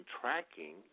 tracking